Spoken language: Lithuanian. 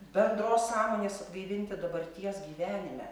bendros sąmonės atgaivinti dabarties gyvenime